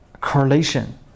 correlation